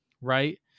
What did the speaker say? right